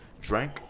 Drank